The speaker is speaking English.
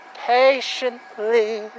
patiently